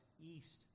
East